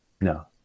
No